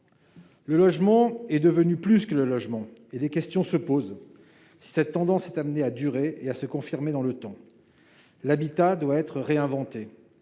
Le logement est devenu plus que le logement. De ce fait, des questions se posent. Si cette tendance devait durer et se confirmer dans le temps, l'habitat devrait être réinventé